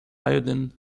iodine